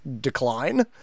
decline